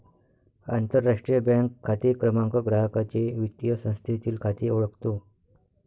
आंतरराष्ट्रीय बँक खाते क्रमांक ग्राहकाचे वित्तीय संस्थेतील खाते ओळखतो